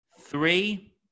three